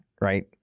Right